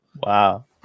Wow